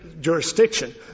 jurisdiction